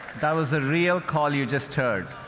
that was a real call you just heard.